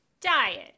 diet